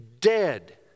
dead